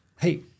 hey